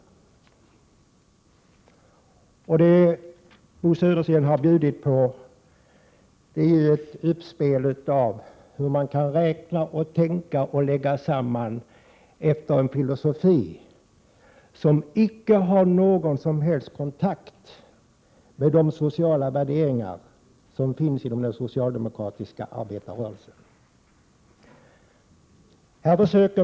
Bo Södersten har här visat upp hur man kan räkna, tänka och lägga samman efter en filosofi som icke har någon som helst kontakt med de sociala värderingar som finns inom den socialdemokratiska arbetarrörelsen.